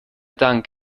dank